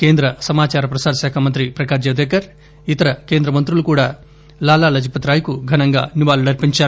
కేంద్ర సమాచార ప్రసార శాఖ మంత్రి ప్రకాష్ జవడేకర్ ఇతర కేంద్ర మంత్రులు కూడా లాలా లజపత్ రాయ్ కు ఘనంగా నివాళులర్చించారు